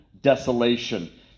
desolation